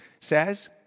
says